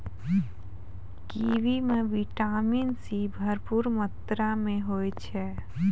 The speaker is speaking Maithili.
कीवी म विटामिन सी भरपूर मात्रा में होय छै